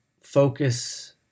focus